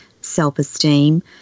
self-esteem